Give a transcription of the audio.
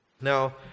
Now